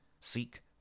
Seek